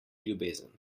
ljubezen